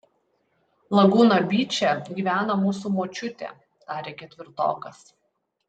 lagūna byče gyvena mūsų močiutė tarė ketvirtokas